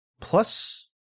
plus